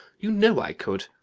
you know i could.